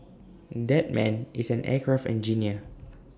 that man is an aircraft engineer